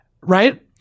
Right